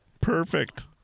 Perfect